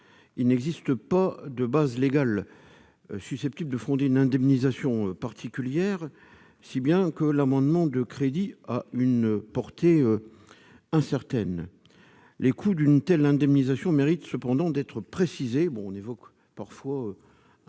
il n'existe pas de base légale susceptible de fonder une indemnisation particulière, si bien que la portée de ces amendements est incertaine. Les coûts d'une telle indemnisation méritent d'être précisés ; on évoque parfois